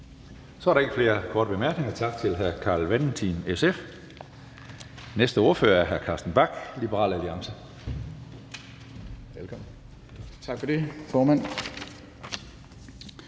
Så er der ikke flere korte bemærkninger. Tak til hr. Carl Valentin, SF. Næste ordfører er hr. Carsten Bach, Liberal Alliance. Velkommen. Kl. 16:42 (Ordfører)